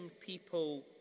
people